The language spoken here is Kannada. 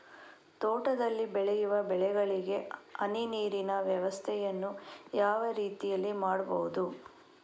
ತೋಟದಲ್ಲಿ ಬೆಳೆಯುವ ಬೆಳೆಗಳಿಗೆ ಹನಿ ನೀರಿನ ವ್ಯವಸ್ಥೆಯನ್ನು ಯಾವ ರೀತಿಯಲ್ಲಿ ಮಾಡ್ಬಹುದು?